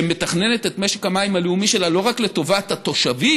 שמתכננת את משק המים הלאומי שלה לא רק לטובת התושבים